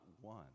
one